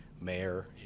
mayor